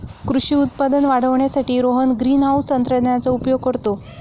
कृषी उत्पादन वाढवण्यासाठी रोहन ग्रीनहाउस तंत्रज्ञानाचा उपयोग करतो